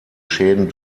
schäden